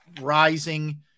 rising